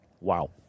Wow